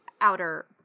outer